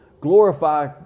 glorify